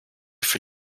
für